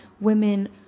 women